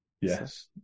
Yes